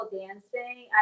dancing